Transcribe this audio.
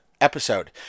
episode